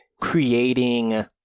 creating